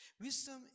Wisdom